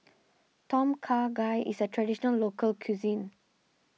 Tom Kha Gai is a Traditional Local Cuisine